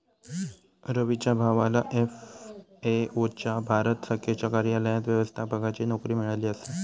रवीच्या भावाला एफ.ए.ओ च्या भारत शाखेच्या कार्यालयात व्यवस्थापकाची नोकरी मिळाली आसा